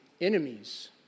enemies